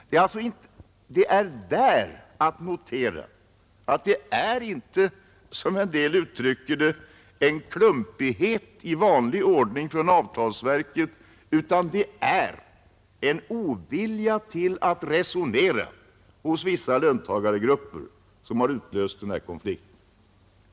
Det är där att notera att det inte, som en del har uttryckt det, är en klumpighet i vanlig ordning från avtalsverket som har utlöst denna konflikt, utan det är vissa löntagares ovilja att resonera.